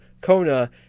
Kona